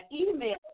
email